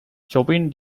chopin